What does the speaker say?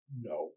No